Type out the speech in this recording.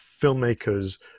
filmmakers